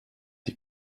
die